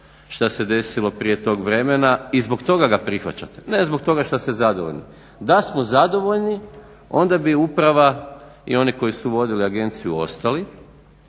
šta se desilo prije tog vremena i zbog toga ga prihvaćate, ne zbog toga što ste zadovoljni. Da smo zadovoljni onda bi uprava i oni koji su vodili agenciju ostali,